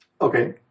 Okay